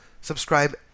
Subscribe